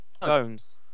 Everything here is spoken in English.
Bones